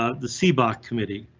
ah the seebach committee,